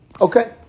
Okay